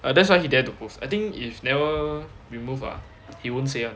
err that's why he dare to post I think if never remove ah he won't say ah